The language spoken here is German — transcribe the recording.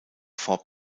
form